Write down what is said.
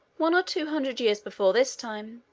one or two hundred years before this time,